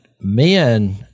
men